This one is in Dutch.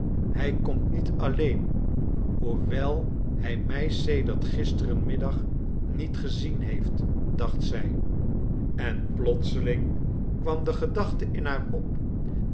hij komt niet alleen hoewel hij mij sedert gisteren middag niet gezien heeft dacht zij en plotseling kwam de gedachte in haar op